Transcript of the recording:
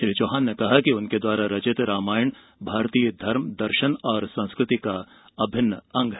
श्री चौहान ने कहा कि उनके द्वारा रचित रामायण भारतीय धर्म दर्शन और संस्कृति का अभिन्न अंग है